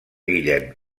guillem